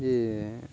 ଏ